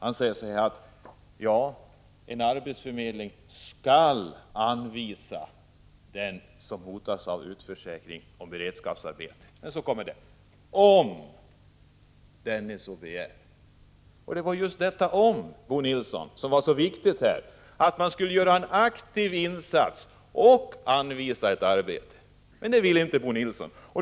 Han säger nämligen: Ja, en arbetsförmedling skall anvisa den som hotas ==, av utförsäkring ett beredskapsarbete. Men sedan säger han: om denne så Villkoren [i dera S begär. Det var just detta ”om”, Bo Nilsson, som var så viktigt i det här SR Mid arogsros et avseendet. Man skall alltså både göra en aktiv insats och anvisa ett arbete. Men det håller inte Bo Nilsson med om.